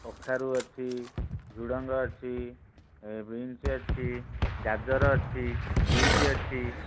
କଖାରୁ ଅଛି ଝୁଡ଼ଙ୍ଗ ଅଛି ଏ ବିନ୍ସ୍ ଅଛି ଗାଜର ଅଛି ବିଟ୍ ଅଛି